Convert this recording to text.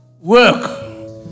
work